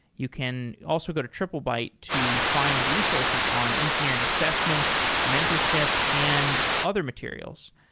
you can also go to triplebyte to find resources on engineering assessments, mentorship and other materials.